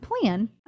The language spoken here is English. plan